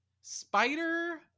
Spider